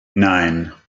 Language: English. nine